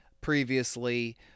previously